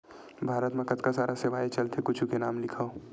भारत मा कतका सारा सेवाएं चलथे कुछु के नाम लिखव?